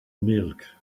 milk